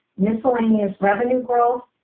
miscellaneous revenue growth,